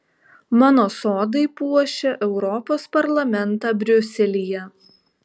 mano sodai puošia europos parlamentą briuselyje